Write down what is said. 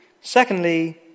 Secondly